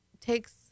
takes